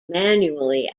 manually